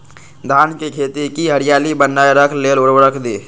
धान के खेती की हरियाली बनाय रख लेल उवर्रक दी?